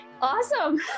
awesome